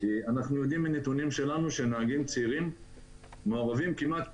ישראל כץ,